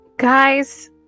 Guys